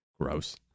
Gross